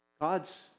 God's